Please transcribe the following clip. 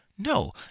No